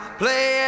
play